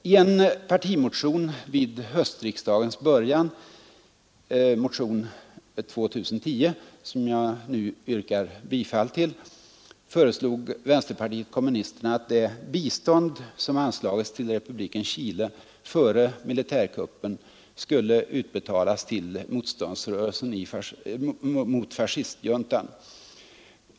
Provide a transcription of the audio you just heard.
I en partimotion vid höstriksdagens början — motionen 2010, som jag nu yrkar bifall till — föreslog vänsterpartiet kommunisterna att det bistånd som före militärkuppen anslagits till republiken Chile skulle utbetalas till motståndsrörelsen mot fascistjuntan.